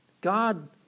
God